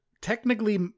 technically